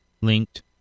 linked